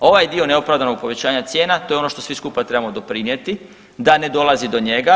Ovaj dio neopravdanog povećanja cijena to je ono što svi skupa trebamo doprinijeti da ne dolazi do njega.